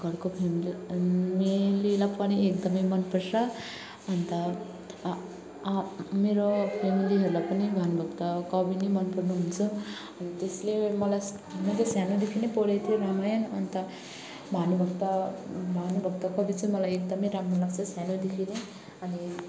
घरको फ्यामिलीलाई पनि एकदम मन पर्छ अन्त मेरो फ्यामिलीहरूलाई पनि भानुभक्त कवि नै मन पर्नु हुन्छ अनि त्यसले मलाई मैले सानोदेखि नै पढेको थिएँ रामायण अन्त भानुभक्त भानुभक्त कवि चाहिँ मलाई एकदम राम्रो लाग्छ सानोदेखि नै अनि